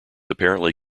apparently